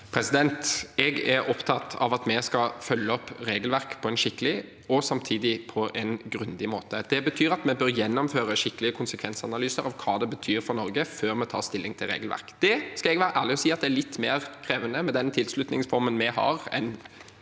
Jeg er opptatt av at vi skal følge opp regelverket på en skikkelig og samtidig grundig måte. Det betyr at vi bør gjennomføre skikkelige konsekvensanalyser av hva det betyr for Norge, før vi tar stilling til regelverket. Det skal jeg være ærlig og si at er litt mer krevende med den tilslutningsformen vi har, enn